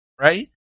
right